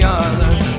others